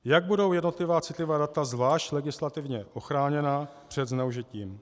Jak budou jednotlivá citlivá data zvlášť legislativně ochráněna před zneužitím.